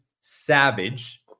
savage